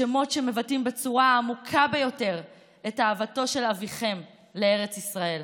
שמות שמבטאים בצורה העמוקה ביותר את אהבתו של אביכם לארץ ישראל.